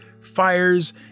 fires